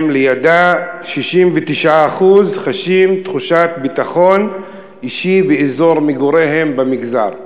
ולידה: 69% חשים תחושת ביטחון אישי באזור מגוריהם במגזר.